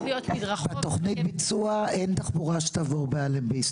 תכנית הביצוע היא שאין תחבורה שתעבור באלנבי.